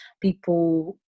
people